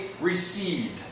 received